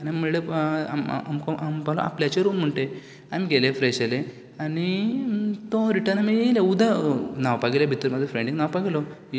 आनी आमी म्हणलें आनी म्हणपाक लागलो आपल्याचे रूम म्हण तें आमी गेले फ्रेश जाले आनी तो रिटर्न आमी येयले उदक न्हावपाक गेले भितर म्हाजो फ्रेंड बी न्हावपाक गेलो इश्ट